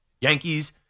Yankees